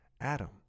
Adam